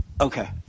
Okay